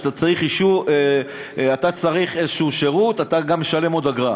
כשאתה צריך שירות כלשהו אתה גם משלם עוד אגרה.